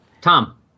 Tom